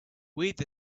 with